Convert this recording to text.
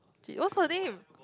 shit what's her name